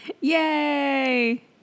Yay